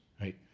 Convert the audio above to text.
right